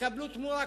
יקבלו תמורה כלשהי,